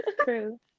True